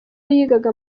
yigaga